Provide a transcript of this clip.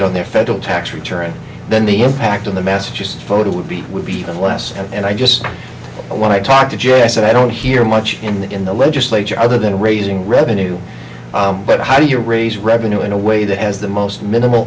it on their federal tax returns then the impact of the massachusetts photo would be would be even less and i just when i talked to jay i said i don't hear much in the legislature other than raising revenue but how do you raise revenue in a way that has the most minimal